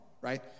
right